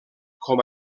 com